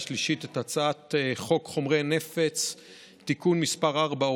שלישית את הצעת חוק חומרי נפץ (תיקון מס' 4,